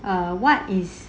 err what is